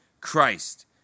Christ